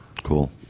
cool